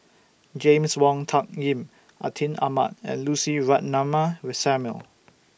James Wong Tuck Yim Atin Amat and Lucy Ratnammah Samuel